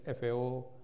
FAO